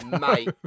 Mate